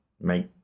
make